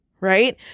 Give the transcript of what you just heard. right